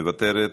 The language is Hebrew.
מוותרת,